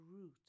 root